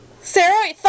Sarah